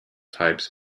types